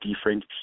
different